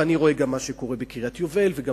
ואני רואה גם מה שקורה בקריית-יובל וגם